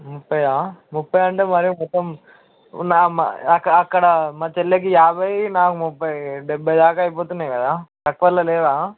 ముప్పయా ముప్పై అంటే మరి మా అక అక్కడ మా చెల్లికి యాభై నాకు ముప్పై డెబ్భై దాకా అయితున్నాయి కదా తక్కువలో లేదా